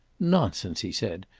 nonsense, he said.